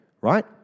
right